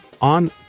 on